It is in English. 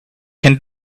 can